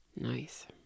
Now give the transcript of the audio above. nice